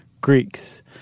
Greeks